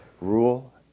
rule